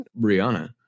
Brianna